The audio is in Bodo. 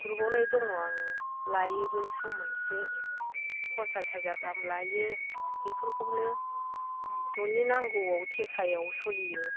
ग्रुपावलाय दङ आङो लायोबो सम मोनसे पन्सास हाजार गाहाम लायो बेफोरखौनो न'नि नांगौआव थेखायाव सोलियो